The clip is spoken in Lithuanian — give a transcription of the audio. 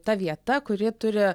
ta vieta kuri turi